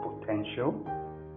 potential